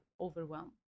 overwhelm